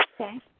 Okay